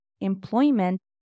employment